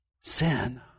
Sin